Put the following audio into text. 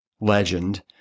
legend